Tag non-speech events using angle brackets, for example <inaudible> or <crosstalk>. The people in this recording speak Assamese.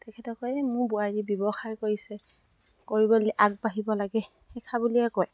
<unintelligible> মোৰ বোৱাৰী ব্যৱসায় কৰিছে কৰিব আগবাঢ়িব লাগে <unintelligible> বুলিয়ে কয়